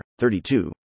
32